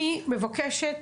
אני מבקשת,